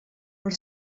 per